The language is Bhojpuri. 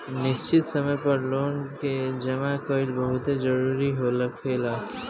निश्चित समय पर लोन के जामा कईल बहुते जरूरी होखेला